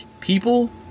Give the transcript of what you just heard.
people